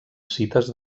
cites